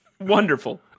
wonderful